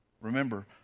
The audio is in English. remember